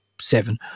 seven